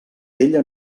ella